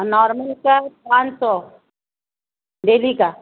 اور نارمل کا پانچ سو ڈیلی کا